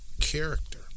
character